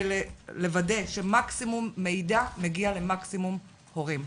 לוודא שמקסימום מידע מגיע למקסימום הורים.